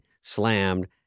slammed